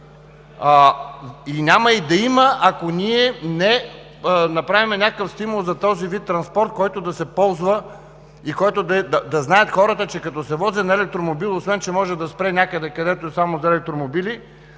Няма и да има, ако ние не направим някакъв стимул за този вид транспорт, който да се ползва и да знаят хората, че като се вози на електромобил, освен че може да спре някъде, където е само за електромобили,